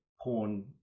porn